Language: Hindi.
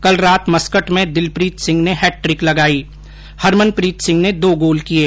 कल रात मस्कट में दिलप्रीत सिंह ने हैट्रिक लगाई हरमनप्रीत सिंह ने दो गोल किये